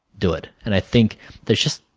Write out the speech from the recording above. do it. and i think there is just